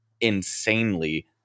insanely